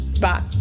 Bye